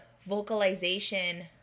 vocalization